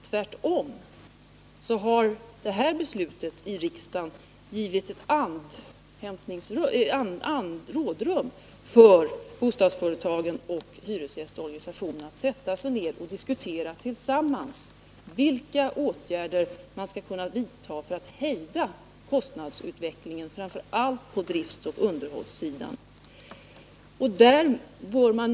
Tvärtom har detta beslut i riksdagen givit bostadsföretagen och hyresgästorganisationerna rådrum, så att de kan sätta sig ner och tillsammans diskutera vilka åtgärder man skall vidta för att hejda kostnadsutvecklingen, framför allt på driftsoch underhållssidan.